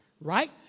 right